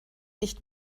nicht